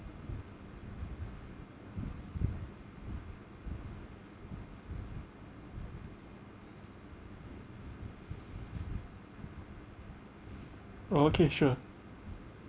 oh okay sure